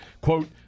quote